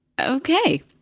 Okay